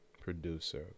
producer